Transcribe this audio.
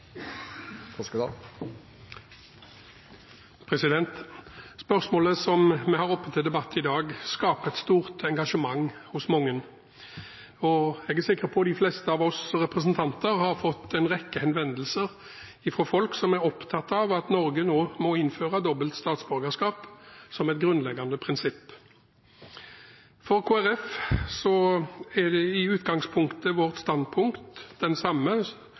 Spørsmålet vi har oppe til debatt i dag, skaper et stort engasjement hos mange, og jeg er sikker på at de fleste av oss representanter har fått en rekke henvendelser fra folk som er opptatt av at Norge nå må innføre dobbelt statsborgerskap som et grunnleggende prinsipp. Kristelig Folkeparti har i utgangspunktet det samme standpunktet og den samme